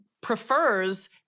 prefers